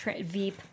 Veep